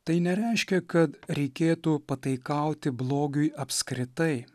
tai nereiškia kad reikėtų pataikauti blogiui apskritai